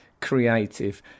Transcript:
creative